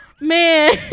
man